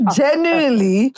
genuinely